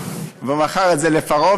והוא מכר את זה לפרעה,